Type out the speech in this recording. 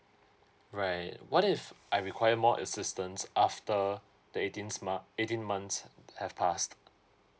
right what if I require more assistance after the eighteens mo~ eighteen months have passed